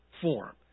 form